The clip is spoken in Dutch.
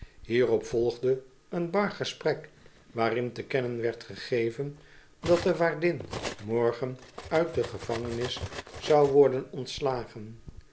hierop volgde een bar gesprek waarin te kennen werd gegeven dat de waardin morgen uit de gevangenis zou worden ontslagen